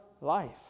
life